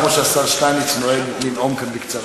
כמו שהשר שטייניץ נוהג לנאום כאן בקצרה.